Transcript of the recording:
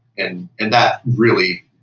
and and that really